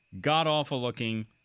god-awful-looking